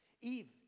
Eve